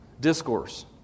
Discourse